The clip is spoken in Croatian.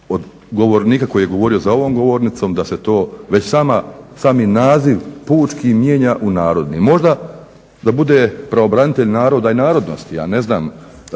od govornika koji je govorio za ovom govornicom da se to već sami naziv pučki mijenja u narodni. Možda da bude pravobranitelj naroda i narodnosti. Ja ne znam